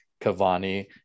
Cavani